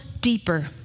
deeper